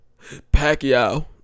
Pacquiao